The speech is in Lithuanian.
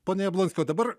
pone jablonski o dabar